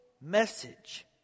message